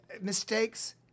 mistakes